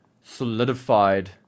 solidified